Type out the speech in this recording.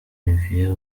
olivier